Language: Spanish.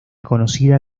conocida